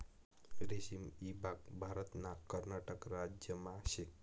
रेशीम ईभाग भारतना कर्नाटक राज्यमा शे